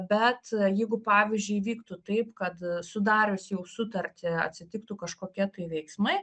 bet jeigu pavyzdžiui įvyktų taip kad sudarius jau sutartį atsitiktų kažkokie tai veiksmai